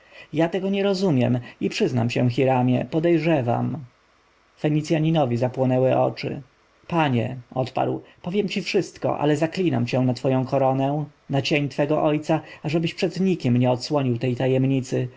ja tego nie rozumiem i przyznam się hiramie podejrzewam fenicjaninowi zapłonęły oczy panie odparł powiem ci wszystko ale zaklinam cię na twoją koronę na cień twego ojca ażebyś przed nikim nie odsłonił tej tajemnicy